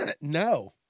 No